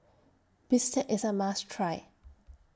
Bistake IS A must Try